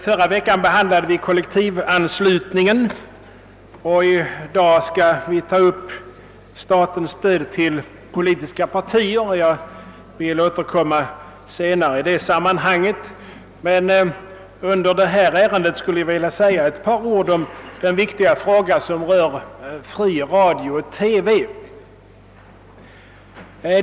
Förra veckan behandlade vi kollektivanslutningen och i dag skall vi ta upp statens stöd till politiska partier. Jag återkommer till denna fråga senare. När vi behandlar detta ärende vill jag säga några ord om den viktiga frågan om fri radio och TV.